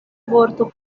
vorto